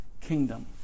kingdom